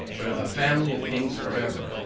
but of a family of kings for ever,